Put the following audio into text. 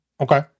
Okay